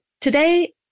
Today